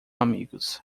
amigos